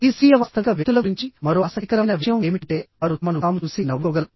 ఈ స్వీయ వాస్తవిక వ్యక్తుల గురించి మరో ఆసక్తికరమైన విషయం ఏమిటంటే వారు తమను తాము చూసి నవ్వుకోగలరు